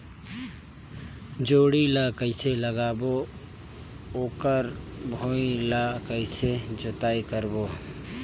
जोणी ला कइसे लगाबो ओकर भुईं ला कइसे जोताई करबो?